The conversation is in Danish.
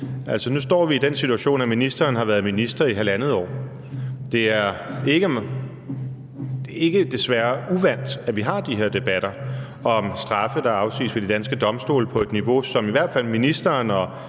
nu står vi i den situation, at ministeren har været minister i halvandet år. Det er desværre ikke uvant, at vi har de her debatter om straffe, der afsiges ved de danske domstole på et niveau, som i hvert fald ministeren og